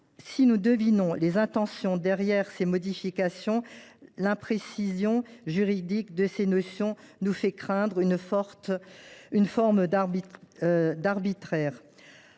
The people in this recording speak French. Si nous devinons les intentions derrière ces modifications, l’imprécision juridique de ces notions nous fait craindre une forme d’arbitraire.